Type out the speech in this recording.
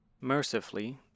Mercifully